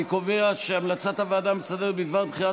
אני קובע שהמלצת הוועדה המסדרת בדבר בחירת